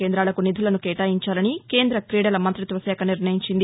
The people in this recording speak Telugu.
కేందాలకు నిధులను కేటాయించాలని కేంద్ర క్రీడల మంతిత్వశాఖ నిర్ణయించింది